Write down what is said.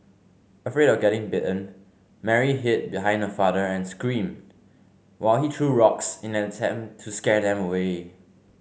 afraid of getting bitten Mary hid behind her father and screamed while he threw rocks in an attempt to scare them away